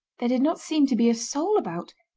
there did not seem to be a soul about,